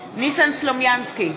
בעד ניסן סלומינסקי,